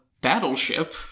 Battleship